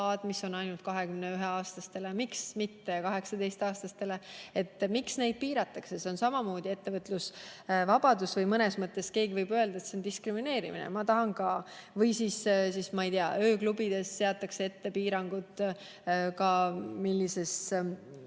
[vähemalt] 21-aastastele. Miks mitte 18-aastastele? Miks neid piiratakse? See on samamoodi ettevõtlusvabadus. Aga keegi võib öelda, et see on diskrimineerimine, ma tahan ka. Või siis, ma ei tea, ööklubides seatakse ette piirangud – ma pole